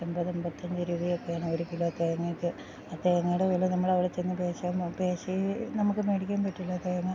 എൺപതെമ്പത്തഞ്ച് രൂപയൊക്കെയാണ് ഒരു കിലോ തേങ്ങക്ക് ആ തേങ്ങേടെ വെല നമ്മളവ്ട ചെന്ന് പേശാന്നോ പേശി നമക്ക് മേടിക്കാൻ പറ്റൂല്ല തേങ്ങ